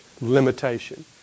limitation